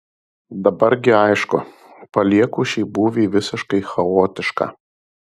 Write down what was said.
dabar gi aišku palieku šį būvį visiškai chaotišką